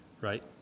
right